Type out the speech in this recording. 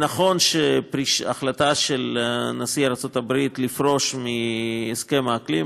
נכון שההחלטה של נשיא ארצות הברית לפרוש מהסכם האקלים,